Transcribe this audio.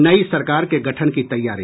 नई सरकार के गठन की तैयारी